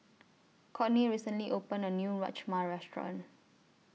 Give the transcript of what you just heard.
Cortney recently opened A New Rajma Restaurant